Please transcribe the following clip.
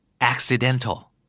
accidental